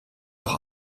auch